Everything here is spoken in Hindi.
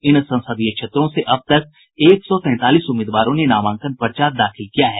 इन संसदीय क्षेत्रों से अब तक एक सौ तैंतालीस उम्मीदवारों ने नामांकन पर्चा दाखिल किया है